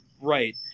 right